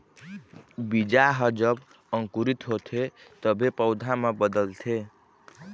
बीजा ह जब अंकुरित होथे तभे पउधा म बदलथे